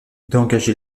d’engager